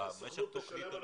במשך תוכנית הלימודים.